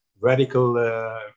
radical